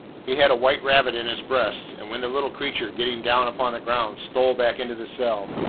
he had a white rabbit in his breast and when the little creature, getting down upon the ground, stole back into the cell,